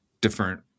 different